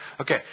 Okay